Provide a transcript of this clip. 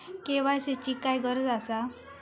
KYC ची काय गरज आसा?